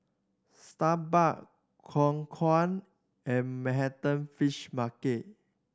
Starbucks Khong Guan and Manhattan Fish Market